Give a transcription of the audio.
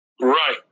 Right